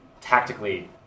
tactically